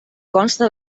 consta